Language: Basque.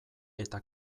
eta